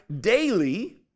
daily